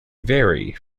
vary